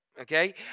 Okay